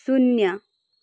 शून्य